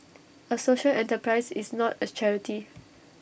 A social enterprise is not A charity